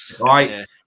right